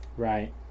Right